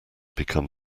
become